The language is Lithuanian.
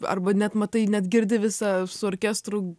arba net matai net girdi visą su orkestru